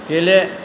गेले